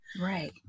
Right